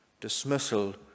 dismissal